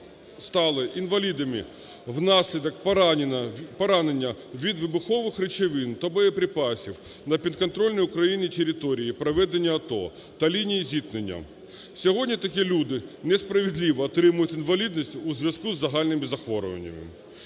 стали інвалідами внаслідок поранення від вибухових речовин та боєприпасів на підконтрольній Україні території проведення АТО та лінії зіткнення. Сьогодні такі люди не справедливо отримують інвалідність у зв'язку із загальними захворюваннями.